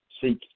seek